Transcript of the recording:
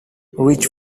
reach